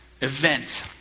event